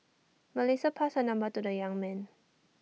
Melissa passed her number to the young man